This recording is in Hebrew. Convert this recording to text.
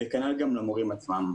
וכנ"ל גם לגבי המורים עצמם.